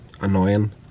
annoying